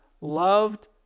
loved